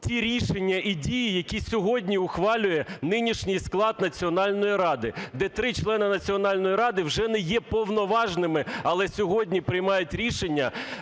ті рішення і дії, які сьогодні ухвалює нинішній склад Національної ради, де 3 члени Національної ради вже не є повноважними, але сьогодні приймають рішення,